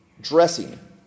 Dressing